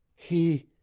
he.